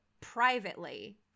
privately